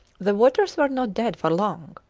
the waters were not dead for long.